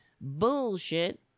bullshit